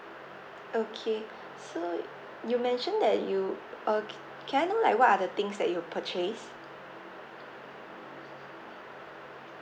okay so you mentioned that you uh c~ can I know like what are the things that you have purchased